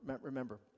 Remember